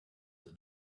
that